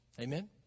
Amen